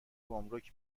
گمرک